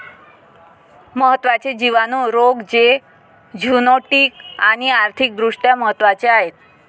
महत्त्वाचे जिवाणू रोग जे झुनोटिक आणि आर्थिक दृष्ट्या महत्वाचे आहेत